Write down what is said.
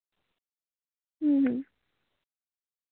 ᱦᱩᱸ ᱦᱩᱸ